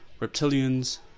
Reptilians